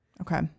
Okay